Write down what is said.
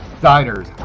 Diners